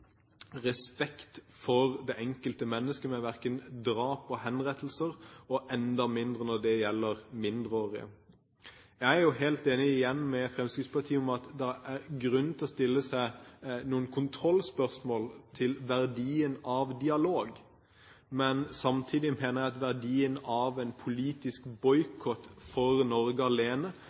med verken drap eller henrettelser – og enda mindre når det gjelder mindreårige. Jeg er igjen helt enig med Fremskrittspartiet i at det er grunn til å stille noen kontrollspørsmål til verdien av dialog, men samtidig mener jeg at verdien av en politisk boikott for Norge alene